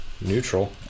neutral